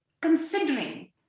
considering